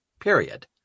Period